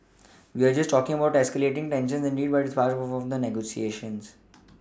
we're all talking about escalating tensions indeed but it's part of the negotiations